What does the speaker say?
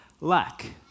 lack